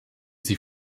sie